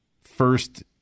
first